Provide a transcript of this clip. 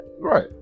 Right